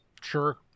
sure